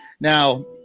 Now